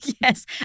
Yes